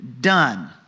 done